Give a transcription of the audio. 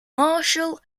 marshall